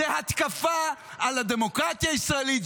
זו התקפה על הדמוקרטיה הישראלית,